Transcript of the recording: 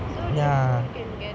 ya